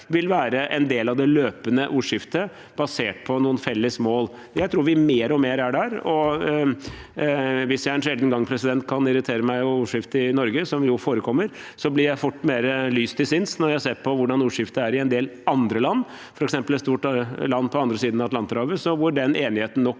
vil være en del av det løpende ordskiftet, basert på noen felles mål. Jeg tror vi mer og mer er der. Hvis jeg en sjelden gang kan irritere meg over ordskiftet i Norge, noe som forekommer, blir jeg fort mer lys til sinns når jeg ser på hvordan ordskiftet er i en del andre land, f.eks. et stort land på den andre siden av Atlanterhavet, hvor den enigheten ikke